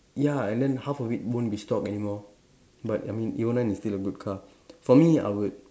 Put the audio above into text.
ya and then half of it won't be stocked anymore but I mean evo nine is still a good car for me I would